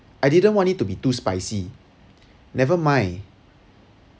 I didn't want it to be too spicy never mind